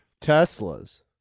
Teslas